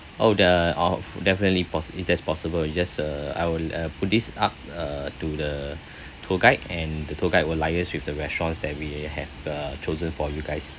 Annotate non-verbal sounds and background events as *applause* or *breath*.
oh the of definitely pos~ if that's possible you just uh I will uh put this up uh to the *breath* tour guide and the tour guide will liase with the restaurants that we have the chosen for you guys